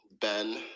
Ben